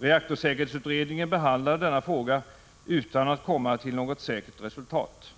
Reaktorsäkerhetsutredningen behandlade denna fråga utan att komma till något säkert resultat.